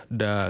da